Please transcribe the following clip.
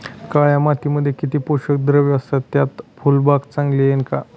काळ्या मातीमध्ये किती पोषक द्रव्ये असतात, त्यात फुलबाग चांगली येईल का?